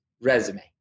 resume